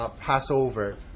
Passover